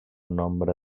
nombre